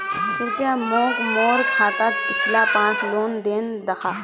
कृप्या मोक मोर खातात पिछला पाँच लेन देन दखा